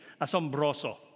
asombroso